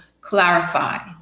clarify